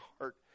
heart